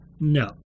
No